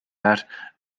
haar